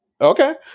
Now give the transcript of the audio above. okay